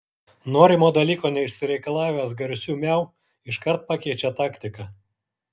norimo dalyko neišsireikalavęs garsiu miau iškart pakeičia taktiką